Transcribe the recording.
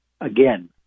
Again